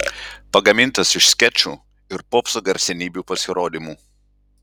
pagamintas iš skečų ir popso garsenybių pasirodymų